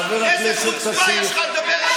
חבר הכנסת כסיף,